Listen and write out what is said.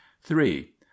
three